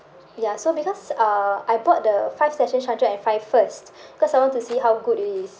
ya so because uh I bought the five sessions hundred and five first because I want to see how good it is